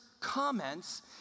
comments